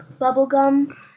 bubblegum